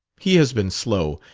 he has been slow.